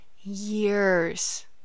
years